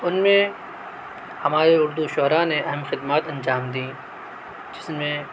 ان میں ہمارے اردو شعرا نے اہم خدمات انجام دیں جس میں